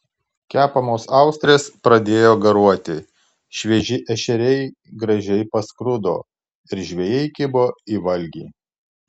kepamos austrės pradėjo garuoti švieži ešeriai gražiai paskrudo ir žvejai kibo į valgį